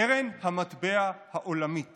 קרן המטבע העולמית